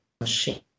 machine